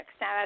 Now